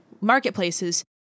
marketplaces